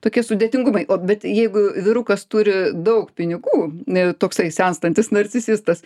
tokie sudėtingumai o bet jeigu vyrukas turi daug pinigų ne toksai senstantis narcisistas